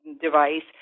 device